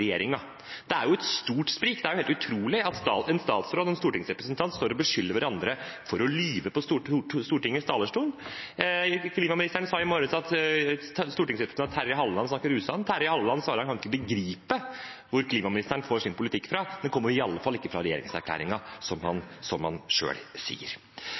er et stort sprik. Det er jo helt utrolig at en statsråd og en stortingsrepresentant står og beskylder hverandre for å lyve på Stortingets talerstol. Klimaministeren sa i morges at stortingsrepresentant Terje Halleland snakker usant. Terje Halleland svarte at han ikke kan begripe hvor klimaministeren får sin politikk fra, den kommer i alle fall ikke fra regjeringserklæringen, som han selv sier.